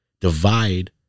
divide